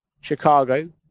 Chicago